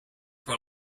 for